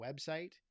website